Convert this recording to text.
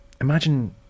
imagine